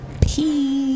Peace